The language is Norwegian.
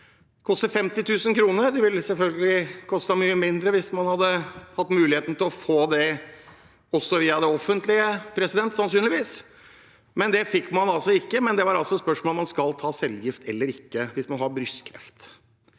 Det koster 50 000 kr. Det ville selvfølgelig kostet mye mindre hvis man hadde hatt muligheten til å få det via det offentlige sannsynligvis, men det fikk man ikke. Det var altså et spørsmål om man skulle ta cellegift eller ikke hvis man har brystkreft.